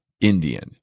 Indian